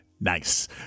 Nice